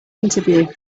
interview